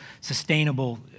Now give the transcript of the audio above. sustainable